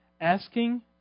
asking